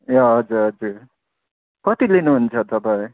ए हजुर हजुर कति लिनु हुन्छ तपाईँ